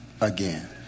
again